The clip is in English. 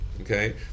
okay